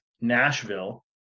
Nashville